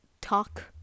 talk